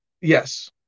Yes